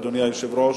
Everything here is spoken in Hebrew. אדוני היושב-ראש,